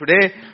today